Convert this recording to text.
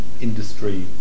industry